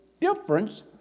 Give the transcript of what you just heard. difference